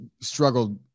struggled